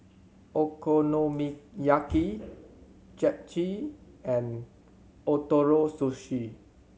Okonomiyaki Japchae and Ootoro Sushi